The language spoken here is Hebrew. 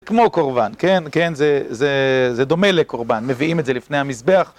כמו קורבן, כן, כן, זה דומה לקורבן, מביאים את זה לפני המזבח.